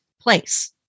place